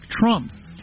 Trump